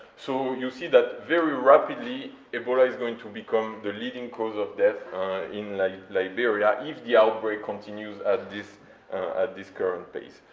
so you see that very rapidly ebola is going to become the leading cause of death in liberia, if the outbreak continues at this at this current pace.